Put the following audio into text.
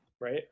Right